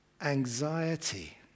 Anxiety